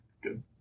Good